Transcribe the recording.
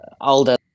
older